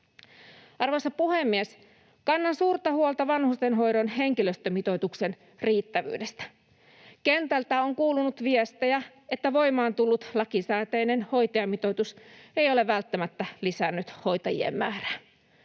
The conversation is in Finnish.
Arvoisa puhemies! Kannan suurta huolta vanhustenhoidon henkilöstömitoituksen riittävyydestä. Kentältä on kuulunut viestejä, että voimaan tullut lakisääteinen hoitajamitoitus ei ole välttämättä lisännyt hoitajien määrää.